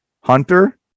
Hunter